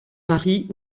paris